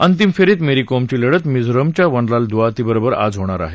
अंतिम फेरीत मेरी कोमची लढत मिझोरामच्या वनलाल दुआतीत बरोबर आज होणार आहे